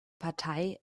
partei